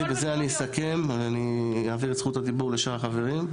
ובזה אני אסכם ואעביר את זכות הדיבור לשאר החברים,